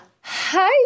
Hi